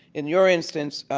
in your instance,